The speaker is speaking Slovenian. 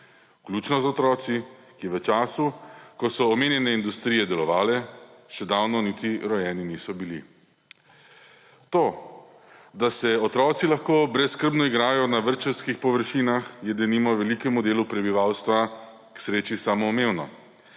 vključno z otroki, ki v času, ko so omenjene industrije delovale, še davno niti rojeni niso bili. To, da se otroci lahko brezskrbno igrajo na vrtčevskih površinah, je denimo velikemu delu prebivalstva k sreči samoumevno.